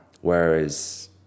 whereas